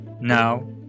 Now